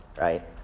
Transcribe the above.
right